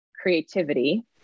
creativity